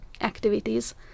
activities